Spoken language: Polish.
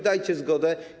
Dajcie zgodę.